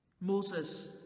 Moses